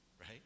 right